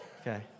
okay